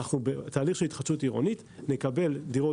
בתהליך של התחדשות עירונית נקבל דירות